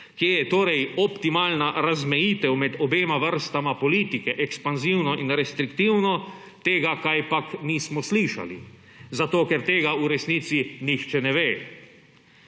Kje je torej optimalna razmejitev med obema vrstama politike, ekspanzivno in restriktivno, tega kajpak nismo slišali, zato ker tega v resnici nihče ne ve.